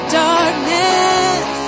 darkness